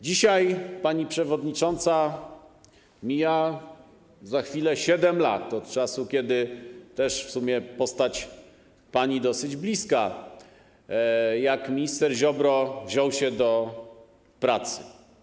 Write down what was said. Dzisiaj, pani przewodnicząca, mija za chwilę 7 lat od czasu, kiedy też w sumie postać pani dosyć bliska, minister Ziobro wziął się do pracy.